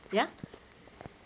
ya